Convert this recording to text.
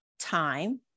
time